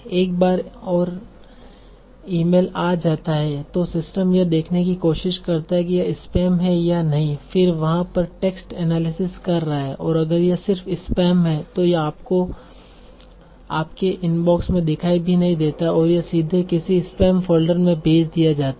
एक बार और ईमेल आ जाता है तो सिस्टम यह देखने की कोशिश करता है कि यह स्पैम है या नहीं फिर वहां पर टेक्स्ट एनालिसिस कर रहा है और अगर यह सिर्फ स्पैम है तो यह आपको आपके इनबॉक्स में दिखाई भी नहीं देता है यह सीधे किसी स्पैम फ़ोल्डर में भेज दिया जाता है